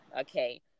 okay